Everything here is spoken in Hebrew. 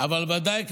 אבל ודאי,